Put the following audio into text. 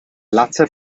latter